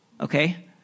Okay